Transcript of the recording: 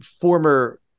former